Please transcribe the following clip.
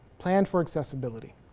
plan for accessibility.